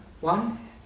one